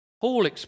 Paul